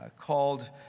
called